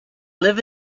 live